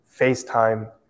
FaceTime